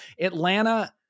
Atlanta